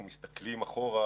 ועדיין, כשאנחנו מסתכלים אחורה,